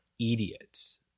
idiots